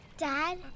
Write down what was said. Dad